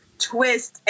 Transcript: twist